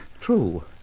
True